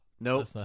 Nope